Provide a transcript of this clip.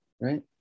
right